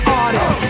artist